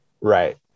Right